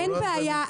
אין בעיה,